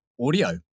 audio